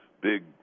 big